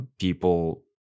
people